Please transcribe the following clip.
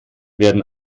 werden